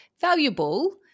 valuable